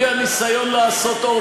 היא הניסיון לעשות הון